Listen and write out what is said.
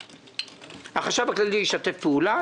החשב הכללי ישתף פעולה.